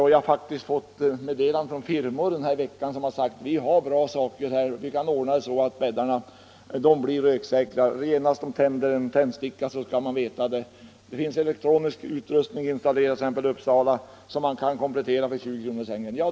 Jag har den här veckan också fått meddelanden från firmor som sagt att de har bra utrustningar och att de kan ordna det så att bäddarna blir brandsäkra; så snart någon tänder en tändsticka reagerar en elektronisk utrustning. Sådan utrustning finns t.ex. installerad i Uppsala, och det kostar bara 20 kr. per säng att göra en komplettering med sådan utrustning.